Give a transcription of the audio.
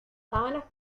sábanas